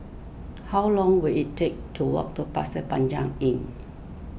how long will it take to walk to Pasir Panjang Inn